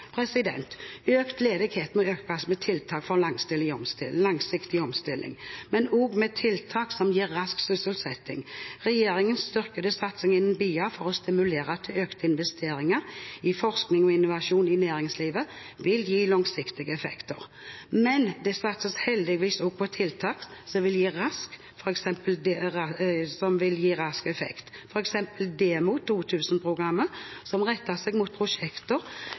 Økt ledighet må møtes med tiltak for langsiktig omstilling, men også med tiltak som gir rask sysselsetting. Regjeringens styrkede satsing innen BIA for å stimulere til økte investeringer i forskning og innovasjon i næringslivet vil gi langsiktige effekter. Men det satses heldigvis også på tiltak som vil gi rask effekt, f.eks. DEMO 2000-programmet, som